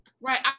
Right